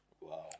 Wow